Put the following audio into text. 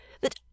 that